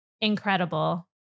incredible